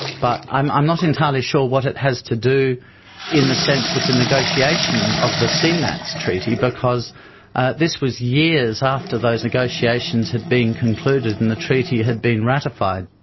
but i'm i'm not entirely sure what it has to do in the sense with the negotiation of the cmats treaty because this was years after those negotiations have been concluded and the treaty had been ratified.